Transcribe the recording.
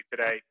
today